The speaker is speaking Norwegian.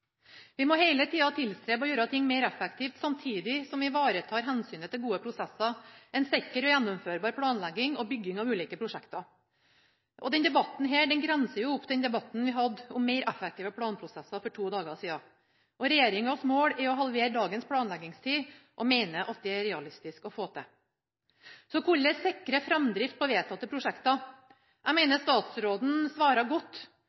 Vi må hele tida tilstrebe å gjøre ting mer effektivt, samtidig som vi ivaretar hensynet til gode prosesser, en sikker og gjennomførbar planlegging og bygging av ulike prosjekter. Denne debatten grenser opp til den debatten vi hadde om mer effektive planprosesser for to dager sida. Regjeringas mål er å halvere dagens planleggingstid og mener at det er det realistisk å få til. Så hvordan kan vi sikre framdrift på vedtatte prosjekter? Jeg mener statsråden svarte godt